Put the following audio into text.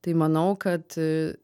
tai manau kad